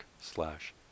slash